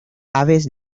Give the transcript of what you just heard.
aves